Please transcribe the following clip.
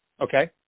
Okay